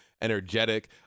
energetic